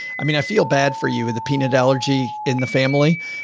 i mean, i feel bad for you with a peanut allergy in the family,